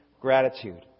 gratitude